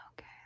Okay